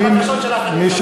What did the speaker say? את הבקשות שלך אני מכבד.